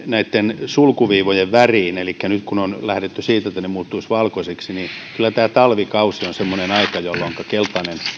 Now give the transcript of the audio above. näitten sulkuviivojen väriin elikkä nyt kun on lähdetty siitä että ne muuttuisivat valkoisiksi niin kyllä tämä talvikausi on semmoinen aika jolloinka keltainen